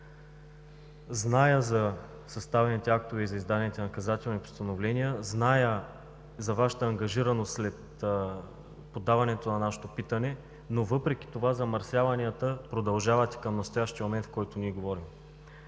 Зная за съставените актове и издадените наказателни постановления, зная за Вашата ангажираност след подаването на нашето питане, но въпреки това замърсяванията продължават и към настоящия момент, в който ние говорим.